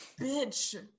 Bitch